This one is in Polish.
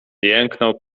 jęknął